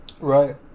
right